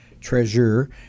treasure